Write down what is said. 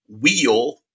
wheel